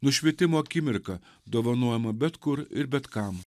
nušvitimo akimirka dovanojama bet kur ir bet kam